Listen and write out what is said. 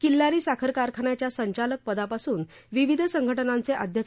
किल्लारी साखर कारखान्याच्या संचालक पदापासून विविध संघटानांचे अध्यक्ष